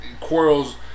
quarrels